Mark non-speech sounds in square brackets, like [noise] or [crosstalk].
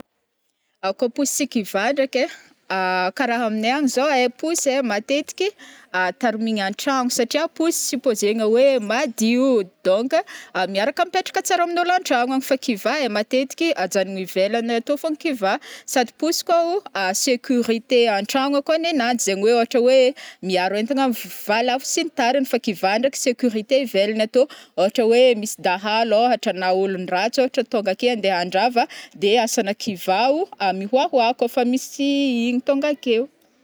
Koa posy sy kivà ndraiky ai a [hesitation] kara aminay agny zao ai posy matetika tarimigny antrano saria posy supposer na hoe madio, donc miaraka mipetraka tsara amin'olo antrano fa kivà ai matetiky ajanogno ivelany ato fogna kivà sady posy koao securité an-trano ako ninanjy zegny hoe ohatra hoe miaro entagna aminy va [hesitation] lavo sy ny tariny fa kivà ndreky sécurité ivelagny ato ôhatra hoe misy dahalo ôhatra na olondratsy ôhatra tonga ake ande andrava de asana kivào mikoakoako koa misy ino tonga ake.